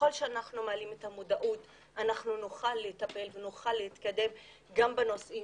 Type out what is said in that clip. ככל שאנחנו מעלים את המודעות נוכל לטפל ונוכל להתקדם גם בנושאים